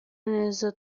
neza